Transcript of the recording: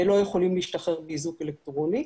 לא יכולים להשתחרר באיזוק אלקטרוני.